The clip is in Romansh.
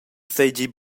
seigi